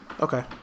Okay